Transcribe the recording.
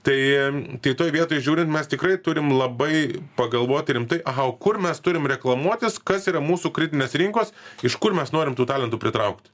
tai tai toj vietoj žiūrint mes tikrai turim labai pagalvoti rimtai aha o kur mes turim reklamuotis kas yra mūsų kritinės rinkos iš kur mes norim tų talentų pritraukti